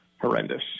horrendous